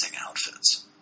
outfits